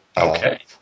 Okay